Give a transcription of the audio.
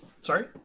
sorry